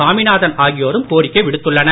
சாமிநாதன்ஆகியோரும்கோரிக்கைவிடுத்துள்ளர்